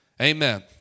Amen